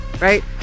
right